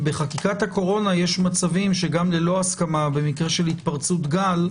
בחקיקת הקורונה יש מצבים שגם ללא הסכמה במקרה של התפרצות גל,